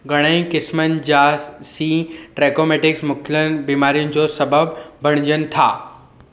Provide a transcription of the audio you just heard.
घणई क़िस्मनि जा सी ट्रैकोमैटिस मुख़्तलियुनि बीमारियुनि जो सबबु बणिजनि था